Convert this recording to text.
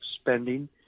spending